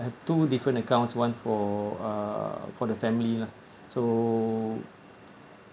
I have two different accounts one for uh for the family lah so